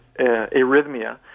arrhythmia